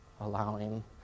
allowing